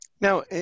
Now